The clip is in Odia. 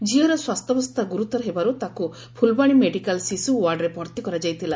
ଝିଅର ସ୍ୱାସ୍ତ୍ୟାବସ୍ତା ଗୁରୁତର ହେବାରୁ ତାକୁ ଫୁଲବାଣୀ ମେଡ଼ିକାଲ ଶିଶୁ ୱାର୍ଡରେ ଭର୍ତି କରାଯାଇଥିଲା